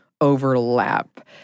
overlap